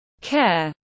care